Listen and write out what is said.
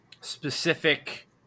specific